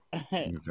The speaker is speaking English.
Okay